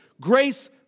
grace